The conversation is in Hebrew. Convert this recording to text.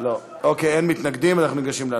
אין מתנגדים, אנחנו ניגשים להצבעה.